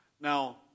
Now